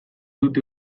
dute